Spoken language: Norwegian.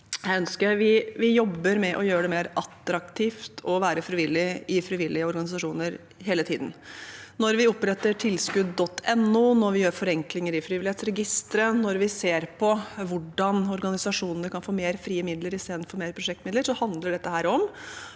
Vi jobber med å gjøre det mer attraktivt å være frivillig i frivillige organisasjoner hele tiden. Når vi oppretter tilskudd.no, når vi gjør forenklinger i Frivillighetsregisteret, når vi ser på hvordan organisasjonene kan få flere frie midler istedenfor flere prosjektmidler, handler det om